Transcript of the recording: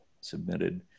submitted